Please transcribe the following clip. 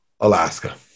Alaska